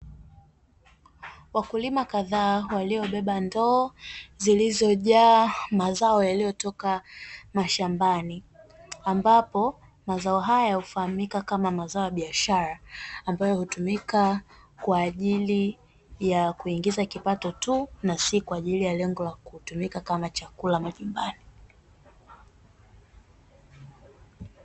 Wakulima kadhaa waliobeba ndoo zilizojaa mazao yaliyotoka mashambani. Ambapo mazao haya hufahamika kama mazao ya biashara, ambayo hutumika kwa ajili ya kuingiza kipato tu, na si kwa ajili ya lengo la kutumika kama chakula majumbani.